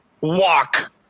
walk